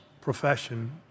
profession